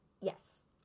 Yes